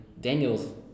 Daniel's